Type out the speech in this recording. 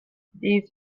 these